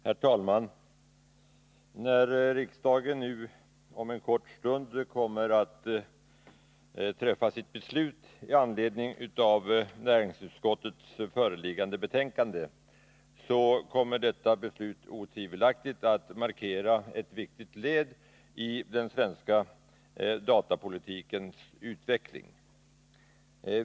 Herr talman! När riksdagen nu om en kort stund kommer att fatta sitt beslut i anledning av näringsutskottets föreliggande betänkande kommer detta beslut otvivelaktigt att markera ett viktigt led i den svenska datapolitikens utveckling.